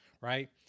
Right